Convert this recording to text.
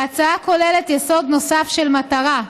ההצעה כוללת יסוד נוסף של מטרה,